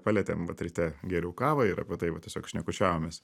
palietėm vat ryte gėriau kavą ir apie tai va tiesiog šnekučiavomės